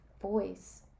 voice